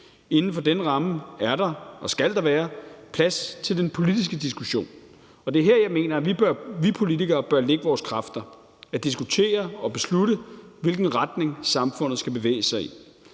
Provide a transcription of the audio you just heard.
Inden for denne ramme er der og skal der være plads til den politiske diskussion, og det er her, jeg mener vi politikere bør lægge vores kræfter – på at diskutere og beslutte, hvilken retning samfundet skal bevæge sig i.